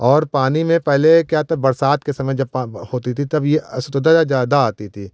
और पानी में पहले क्या था बरसात के समय जब पा होती थी तब ये अशुद्धता ज़्यादा आती थी